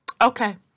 okay